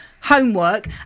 homework